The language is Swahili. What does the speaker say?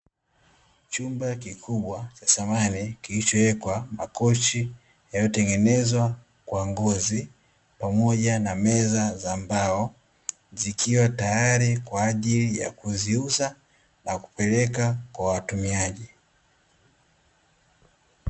Chumba kikubwa cha samani kilicho wekwa makochi yaliyotengenezwa kwa ngozi, pamoja na meza za mbao, zikiwa tayari kwa ajili ya kuziuza na kupeleka kwa watumiaji.